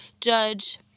judge